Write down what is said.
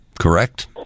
correct